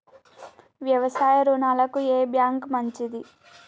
వ్యవసాయ రుణాలకు ఏ బ్యాంక్ మంచిది?